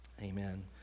amen